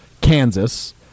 Kansas